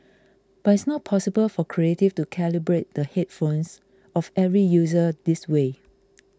but it's not possible for Creative to calibrate the headphones of every user this way